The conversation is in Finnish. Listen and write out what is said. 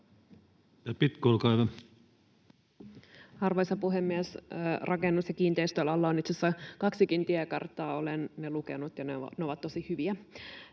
Content: Arvoisa puhemies! Rakennus- ja kiinteistöalalla on itse asiassa kaksikin tiekarttaa. Olen ne lukenut, ja ne ovat tosi hyviä.